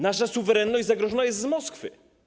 Nasza suwerenność zagrożona jest z Moskwy.